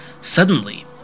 Suddenly